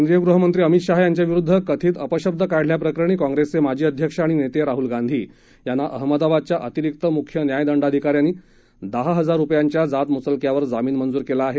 केंद्रीय गृहमंत्री अमित शहा यांच्याविरुद्ध कथित अपशब्द काढल्या प्रकरणी काँग्रेसचे माजी अध्यक्ष आणि नेते राहुल गांधी यांना अहमदाबादच्या अतिरिक्त मुख्य न्यायदंडाधिकाऱ्यांनी दहा हजार रुपयांच्या जातमुचलक्यावर जामीन मंजूर केला आहे